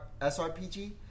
SRPG